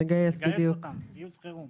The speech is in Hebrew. לגייס אותן, גיוס חירום.